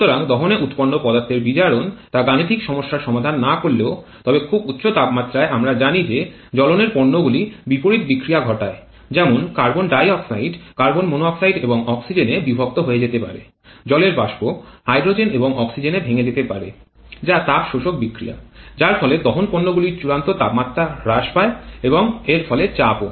সুতরাং দহনে উৎপন্ন পদার্থের বিয়োজন তা গাণিতিক সমস্যার সমাধান না করলেও তবে খুব উচ্চ তাপমাত্রায় আমরা জানি যে জ্বলনের পণ্যগুলি বিপরীত বিক্রিয়া ঘটায় যেমন carbon dioxide carbon monoxide এবং অক্সিজেনে বিভক্ত হয়ে যেতে পারে বা জলের বাষ্প হাইড্রোজেন এবং অক্সিজেনে ভেঙে যেতে পারে যা তাপ শোষক বিক্রিয়া যার ফলে দহন পণ্যগুলির চূড়ান্ত তাপমাত্রা হ্রাস পায় এবং এর ফলে চাপ ও